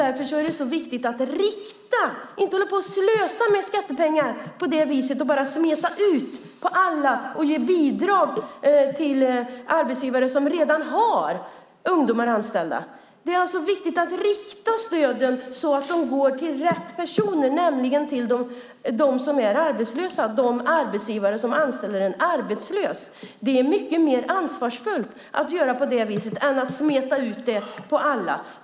Därför är det viktigt att rikta åtgärder och inte hålla på och slösa med skattepengar på det viset, att bara smeta ut på alla och ge bidrag till arbetsgivare som redan har ungdomar anställda. Det är alltså viktigt att rikta stöden så att de går till rätt personer, nämligen till dem som är arbetslösa och till de arbetsgivare som anställer en arbetslös. Det är mycket mer ansvarsfullt att göra på det viset än att smeta ut det på alla.